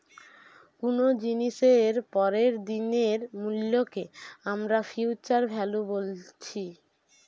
কুনো জিনিসের পরের দিনের মূল্যকে আমরা ফিউচার ভ্যালু বলছি